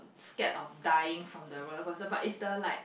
scared of dying from the roller coaster but is the like